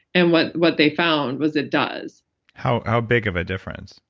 and what what they found was it does how how big of a difference?